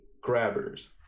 grabbers